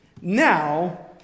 Now